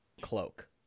Cloak